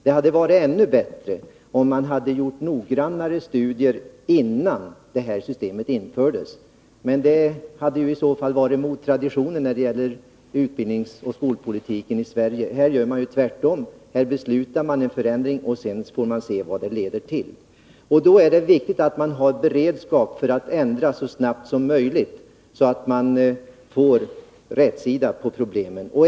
Det hade varit ännu bättre om man hade gjort noggrannare studier, innan det här systemet infördes, men det hade väl i så fall varit emot traditionen när det gäller utbildningsoch skolpolitiken i Sverige. Här gör man ju tvärtom: Här beslutar man om en förändring, sedan får man se vad denleder till. Då är det viktigt att man har en beredskap för att ändra så snart som möjligt, så att man får rätsida på problemet.